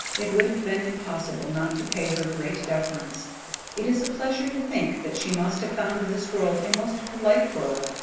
it would have been impossible not to pay her great deference it is a pleasure to think that she must have found this world a most polite world,